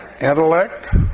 Intellect